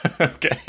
Okay